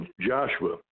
Joshua